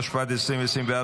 התשפ"ד 2024,